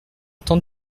temps